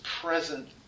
present